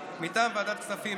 מטעם ועדת הכספים,